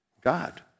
God